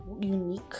unique